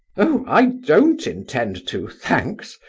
oh! i don't intend to. thanks.